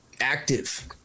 active